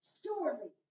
surely